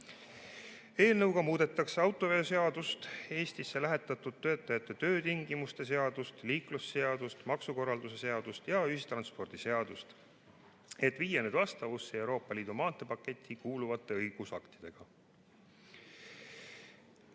Eelnõuga muudetakse autoveoseadust, Eestisse lähetatud töötajate töötingimuste seadust, liiklusseadust, maksukorralduse seadust ja ühistranspordiseadust, et viia need vastavusse Euroopa Liidu maanteepaketti kuuluvate õigusaktidega.[Eestisse]